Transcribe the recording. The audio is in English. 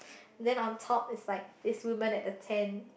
then on top is like this woman at the tent